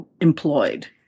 employed